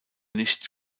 nicht